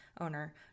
owner